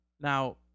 Now